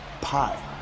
pie